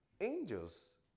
Angels